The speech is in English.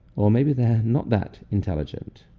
or maybe they're not that intelligent,